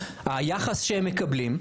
היחס שהם מקבלים.